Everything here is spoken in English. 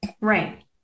Right